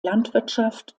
landwirtschaft